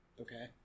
okay